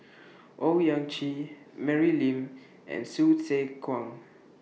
Owyang Chi Mary Lim and Hsu Tse Kwang